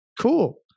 Cool